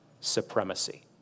supremacy